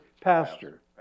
pastor